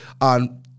on